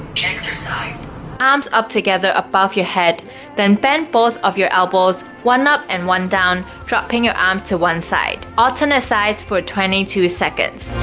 arms up together above your head then bend both of your elbows one up and one down dropping your arm to one side alternate sides for twenty two seconds